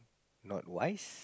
not wise